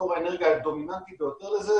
מקור האנרגיה הדומיננטי ביותר לזה,